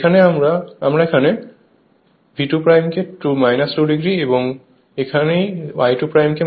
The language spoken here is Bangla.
এখানে আমরা এখানে আমরা V2 কে 2O এবং এখানেই I2 কে 369 o বলছি